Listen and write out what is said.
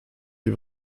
die